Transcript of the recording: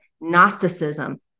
Gnosticism